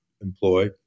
employ